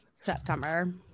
September